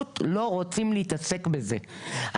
ריקי,